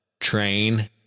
Train